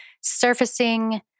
surfacing